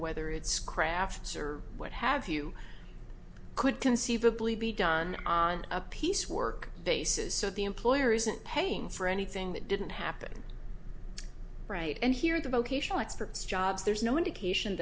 whether it's crafts or what have you could conceivably be done on a piece work basis so the employer isn't paying for anything that didn't happen right and here are the vocational experts jobs there's no indication